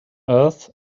earth